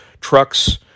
Trucks